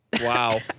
Wow